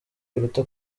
biruta